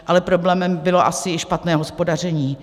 Ale problémem bylo asi i špatné hospodaření.